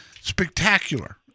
spectacular